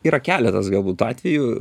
yra keletas galbūt atvejų